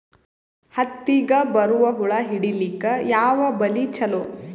ಹತ್ತಿಗ ಬರುವ ಹುಳ ಹಿಡೀಲಿಕ ಯಾವ ಬಲಿ ಚಲೋ?